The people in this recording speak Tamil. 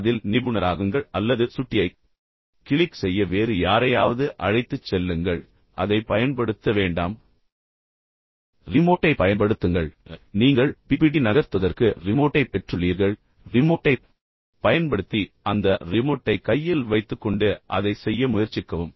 எனவே அதில் நிபுணராகுங்கள் அல்லது சுட்டியைக் கிளிக் செய்ய வேறு யாரையாவது அழைத்துச் செல்லுங்கள் அதை பயன்படுத்த வேண்டாம் அல்லது ரிமோட்டைப் பயன்படுத்துங்கள் எனவே இப்போதெல்லாம் நீங்கள் பிபிடி நகர்த்துவதற்கு ரிமோட்டைப் பெற்றுள்ளீர்கள் எனவே ரிமோட்டைப் பயன்படுத்தி அந்த ரிமோட்டை கையில் வைத்துக்கொண்டு அதைச் செய்ய முயற்சிக்கவும்